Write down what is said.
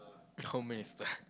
how many is that